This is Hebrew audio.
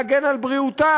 להגן על בריאותם,